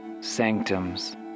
Sanctums